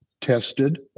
tested